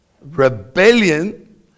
Rebellion